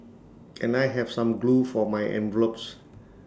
can I have some glue for my envelopes